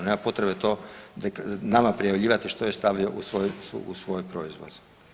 Nema potrebe to nama prijavljivati što je stavio u svoj proizvod.